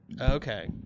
Okay